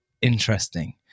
interesting